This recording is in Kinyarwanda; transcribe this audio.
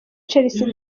chelsea